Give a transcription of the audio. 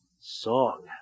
Song